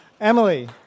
emily